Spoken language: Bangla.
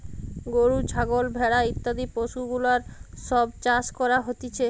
গরু, ছাগল, ভেড়া ইত্যাদি পশুগুলার সব চাষ করা হতিছে